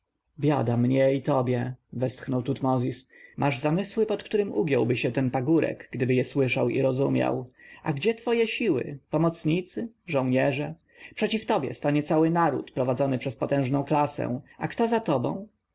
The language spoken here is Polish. biada mnie i tobie westchnął tutmozis masz zamysły pod któremi ugiąłby się ten pagórek gdyby je słyszał i rozumiał a gdzie twoje siły pomocnicy żołnierze przeciw tobie stanie cały naród prowadzony przez potężną klasę a kto za tobą